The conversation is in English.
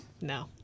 No